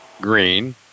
green